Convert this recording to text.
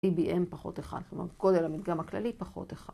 EBM פחות אחד, כלומר כל אלמנט גם הכללי פחות אחד.